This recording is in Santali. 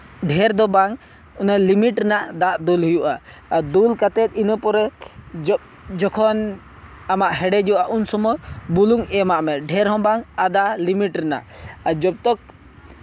ᱰᱷᱮᱨ ᱫᱚ ᱵᱟᱝ ᱚᱱᱟ ᱞᱤᱢᱤᱴ ᱨᱮᱱᱟᱜ ᱫᱟᱜ ᱫᱩᱞ ᱦᱩᱭᱩᱜᱼᱟ ᱟᱨ ᱫᱩᱞ ᱠᱟᱛᱮᱫ ᱤᱱᱟᱹ ᱯᱚᱨᱮ ᱡᱚᱜ ᱡᱚᱠᱷᱚᱱ ᱟᱢᱟᱜ ᱦᱮᱰᱮᱡᱚᱜᱼᱟ ᱩᱱ ᱥᱚᱢᱚᱭ ᱵᱩᱞᱩᱝ ᱮᱢᱟᱜᱼᱢᱮ ᱰᱷᱮᱨ ᱦᱚᱸ ᱵᱟᱝ ᱟᱫᱟ ᱞᱤᱢᱤᱴ ᱨᱮᱱᱟᱜ ᱟᱨ ᱡᱚᱛᱚ